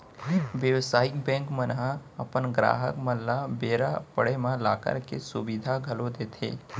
बेवसायिक बेंक मन ह अपन गराहक मन ल बेरा पड़े म लॉकर के सुबिधा घलौ देथे